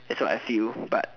that's what I feel but